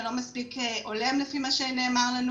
ולא מספיק הולם לפי מה שנאמר לנו.